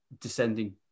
descending